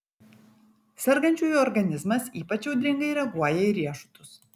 sergančiųjų organizmas ypač audringai reaguoja į riešutus